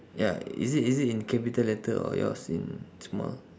ya is it is it in capital letter or yours in small